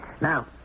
Now